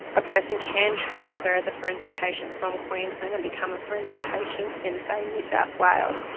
a person can transfer as a forensic patient from queensland and become a forensic patient in say new south wales.